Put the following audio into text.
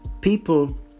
People